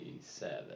seven